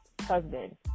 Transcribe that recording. husband